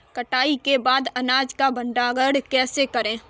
कटाई के बाद अनाज का भंडारण कैसे करें?